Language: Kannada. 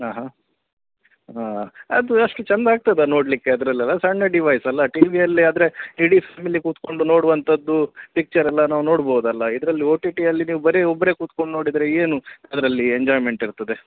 ಹಾಂ ಹಾಂ ಹಾಂ ಅದು ಅಷ್ಟು ಚೆಂದ ಆಗ್ತದಾ ನೋಡಲಿಕ್ಕೆ ಅದರಲೆಲ್ಲ ಸಣ್ಣ ಡಿವೈಸ್ ಅಲ್ಲ ಟಿ ವಿ ಅಲ್ಲಿ ಆದರೆ ಇಡೀ ಫ್ಯಾಮಿಲಿ ಕೂತ್ಕೊಂಡು ನೋಡುವಂಥದ್ದು ಪಿಚ್ಚರ್ ಎಲ್ಲ ನಾವು ನೋಡಬೌದಲ್ಲ ಇದರಲ್ಲಿ ಓ ಟಿ ಟಿ ಅಲ್ಲಿ ನೀವು ಬರೀ ಒಬ್ಬರೇ ಕೂತ್ಕೊಂಡು ನೋಡಿದರೆ ಏನು ಅದರಲ್ಲಿ ಎಂಜಾಯ್ಮೆಂಟ್ ಇರ್ತದೆ